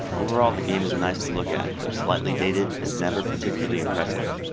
overall, the game is nice to look at, though slightly dated and never particularly impressive.